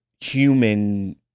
human